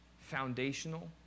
foundational